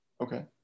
okay